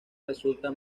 resulta